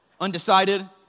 Undecided